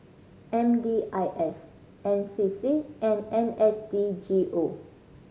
M D I S N C C and N S D G O